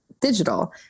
digital